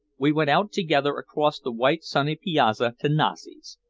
we went out together across the white sunny piazza to nasi's,